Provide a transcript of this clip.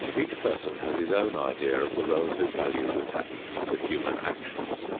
each person has his own idea of the relative values attached to human actions.